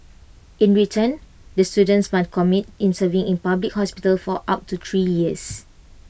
in return the students must commit in serving in public hospitals for up to three years